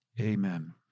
amen